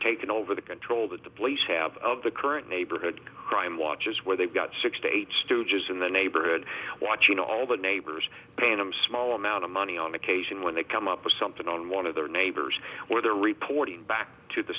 taken over the control that the police have of the current neighborhood crime watches where they've got six to eight stooges in the neighborhood watching all the neighbors paying them small amount of money on occasion when they come up with something on one of their neighbors or they're reporting back to the